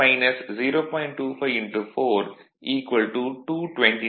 254 229 volt